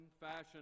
Fashion